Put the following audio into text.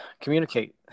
communicate